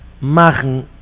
machen